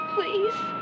Please